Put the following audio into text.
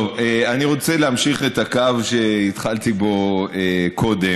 טוב, אני רוצה להמשיך את הקו שהתחלתי בו קודם.